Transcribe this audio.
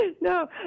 No